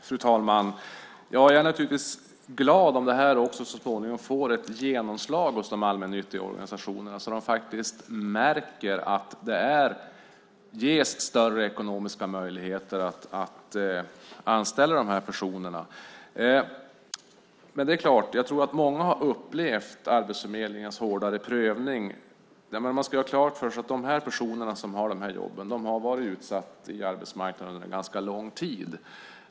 Fru talman! Jag är naturligtvis glad om det här så småningom också får ett genomslag hos de allmännyttiga organisationerna så att de faktiskt märker att det ges större ekonomiska möjligheter att anställa de här personerna. Men det är klart, jag tror att många har upplevt Arbetsförmedlingens hårdare prövning. Man ska ha klart för sig att de personer som har de här jobben har varit utsatta på arbetsmarknaden under ganska lång tid.